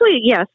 yes